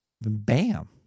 Bam